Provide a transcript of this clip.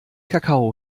kakao